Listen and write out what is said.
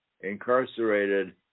incarcerated